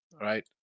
right